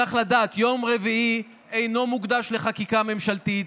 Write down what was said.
צריך לדעת: יום רביעי אינו מוקדש לחקיקה ממשלתית,